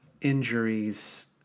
injuries